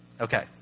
Okay